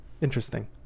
interesting